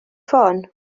ffôn